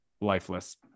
lifeless